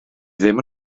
ddim